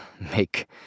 make